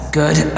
good